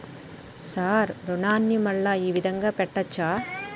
Sir రుణాన్ని మళ్ళా ఈ విధంగా కట్టచ్చా?